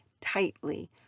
tightly